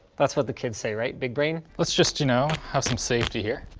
that's what the kids say, right, big brain? let's just, you know, have some safety here.